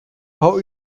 how